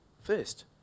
first